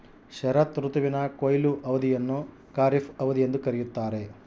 ಶರತ್ ಋತುವಿನ ಕೊಯ್ಲು ಅವಧಿಯನ್ನು ಖಾರಿಫ್ ಅವಧಿ ಎಂದು ಕರೆಯುತ್ತಾರೆ